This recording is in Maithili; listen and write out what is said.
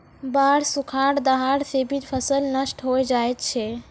बाढ़, सुखाड़, दहाड़ सें भी फसल नष्ट होय जाय छै